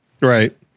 right